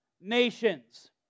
nations